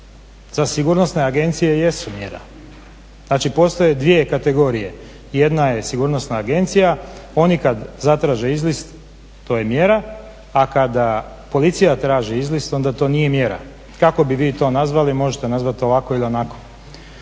Za sigurnosne agencije jesu mjera. Znači, postoje dvije kategorije. Jedna je sigurnosna agencija. Oni kad zatraže izlist to je mjera, a kada policija traži izlist onda to nije mjera. Kako bi vi to nazvali? Možete nazvati ovako ili onako.